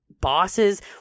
bosses